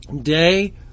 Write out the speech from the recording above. day